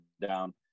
down